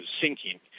sinking